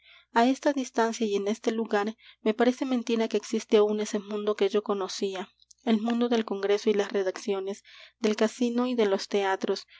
a esta distancia y en este lugar me parece mentira que existe aún ese mundo que yo conocía el mundo del congreso y las redacciones del casino y de los teatros